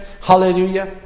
Hallelujah